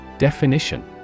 Definition